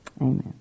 Amen